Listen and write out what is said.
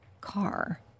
car